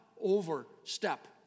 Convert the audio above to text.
overstep